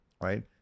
right